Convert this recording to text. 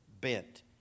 bent